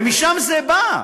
ומשם זה בא.